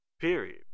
Period